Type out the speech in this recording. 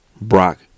brock